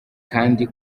kandi